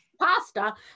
pasta